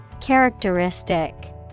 Characteristic